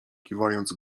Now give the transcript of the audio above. kiwając